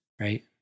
right